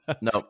no